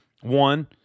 One